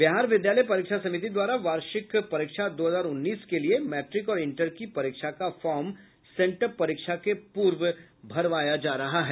बिहार विद्यालय परीक्षा समिति द्वारा वार्षिक परीक्षा दो हजार उन्नीस के लिए मैट्रिक और इंटर की परीक्षा का फार्म सेंटअप परीक्षा के पूर्व भरवाया जा रहा है